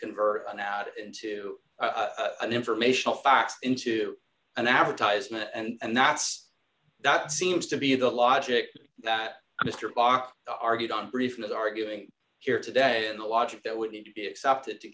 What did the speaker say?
convert an out into an informational facts into an advertisement and that's that seems to be the logic that mr barak argued on briefing that arguing here today and the logic that would need to be accepted to